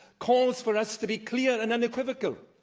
calls for us to be clear and unequivocal.